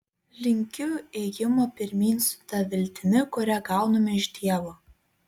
linkiu ėjimo pirmyn su ta viltimi kurią gauname iš dievo